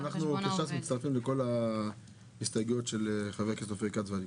אנחנו בש"ס מצטרפים לכל ההסתייגויות של אופיר כץ והליכוד.